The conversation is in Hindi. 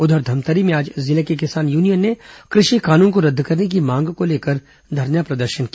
उधर धमतरी में आज जिले के किसान यूनियन ने कृषि कानून को रद्द करने की मांग को लेकर धरना प्रदर्शन किया